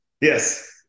Yes